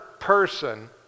person